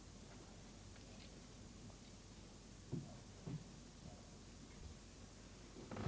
Om kommunala dtgärder för att bekämpa ungdomsarbetslösheten Om kommunala åtgärder för att bekämpa ungdomsarbetslösheten